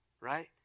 right